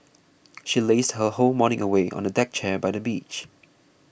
she lazed her whole morning away on a deck chair by the beach